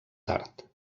tard